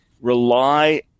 rely